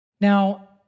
Now